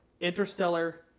Interstellar